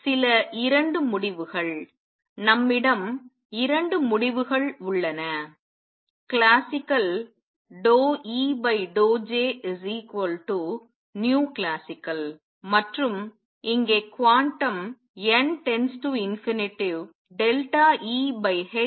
சில இரண்டு முடிவுகள் நம்மிடம் இரண்டு முடிவுகள் உள்ளன கிளாசிக்கல் ∂E∂Jclasical மற்றும் இங்கே குவாண்டம் n Eh→τclasical